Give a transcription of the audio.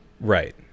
Right